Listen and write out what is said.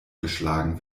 geschlagen